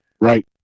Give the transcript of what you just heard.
Right